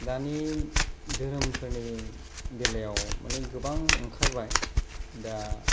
दानि दोहोरोमफोरनि बेलायाव माने गोबां ओंखारबाय दा